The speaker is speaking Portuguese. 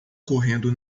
correndo